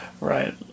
Right